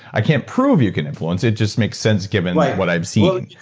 i can't prove you can influence. it just make sense given like what i've seen.